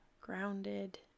grounded